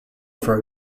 for